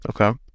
Okay